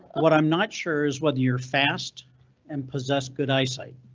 what i'm not sure is whether you're fast and possess good eyesight.